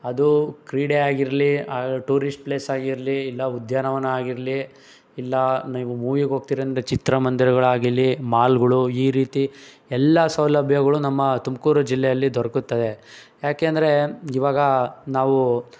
ಅದು ಕ್ರೀಡೆಯಾಗಿರಲಿ tourist place ಆಗಿರಲಿ ಇಲ್ಲ ಉದ್ಯಾನವನ ಆಗಿರಲಿ ಇಲ್ಲ ನೀವು ಮೂವಿಗೆ ಹೋಗ್ತೀರ ಅಂದರೆ ಚಿತ್ರಮಂದಿರಗಳಾಗಿರ್ಲಿ ಮಾಲ್ಗಳು ಈ ರೀತಿ ಎಲ್ಲ ಸೌಲಭ್ಯಗಳು ನಮ್ಮ ತುಮಕೂರು ಜಿಲ್ಲೆಯಲ್ಲಿ ದೊರಕುತ್ತದೆ ಯಾಕೆಂದರೆ ಇವಾಗ ನಾವು